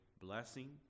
blessing